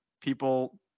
people